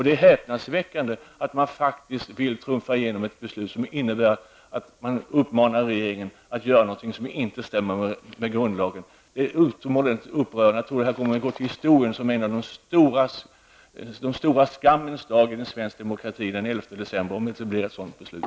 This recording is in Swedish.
Det är häpnadsväckande att man vill trumfa igenom ett beslut som innebär att man uppmanar regeringen att göra någonting som inte stämmer med grundlagen. Det är utomordentligt upprörande. Jag tror att den 11 december kommer att gå till historien som en av de stora skammens dagar för svensk demokrati, om det inte blir ett sådant beslut.